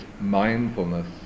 mindfulness